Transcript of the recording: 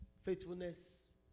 Faithfulness